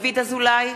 דוד אזולאי,